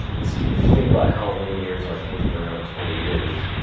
if you think about how many years arkane's been around, twenty years.